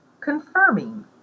confirming